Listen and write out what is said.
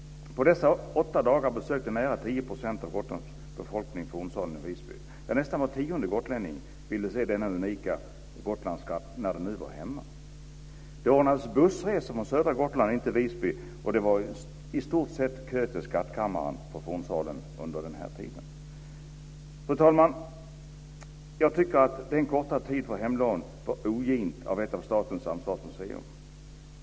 På dessa åtta dagar besökte nära 10 % av Gotlands befolkning fornsalen i Visby. Ja, nästan var tionde gotlänning ville se denna unika Gotlandsskatt när den nu var "hemma". Det ordnades bussresor från södra Gotland till Visby och det var i stort sett kö till skattkammaren på fornsalen under hela den här tiden. Fru talman! Jag tycker att den korta tiden för hemlån var ogint av ett av statens ansvarsmuseer.